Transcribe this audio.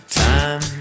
time